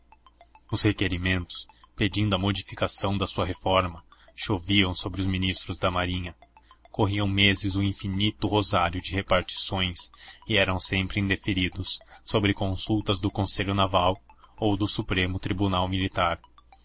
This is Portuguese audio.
os requerimentos pedindo a modificação de sua reforma choviam sobre os ministros da marinha corriam meses o infinito rosário de repartições e eram sempre indeferidos sobre consultas do conselho naval ou do supremo tribunal militar